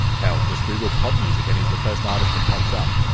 hell, just google pop music and he's the first artist that pops up.